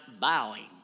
bowing